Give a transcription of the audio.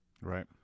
Right